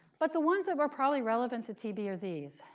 but the ones that are probably relevant to tb are these.